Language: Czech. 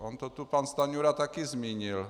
On to tu pan Stanjura taky zmínil.